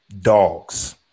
dogs